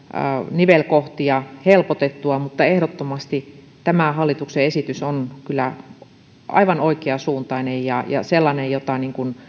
nivelkohtia helpotettua mutta ehdottomasti tämä hallituksen esitys on kyllä aivan oikeasuuntainen ja ja sellainen jota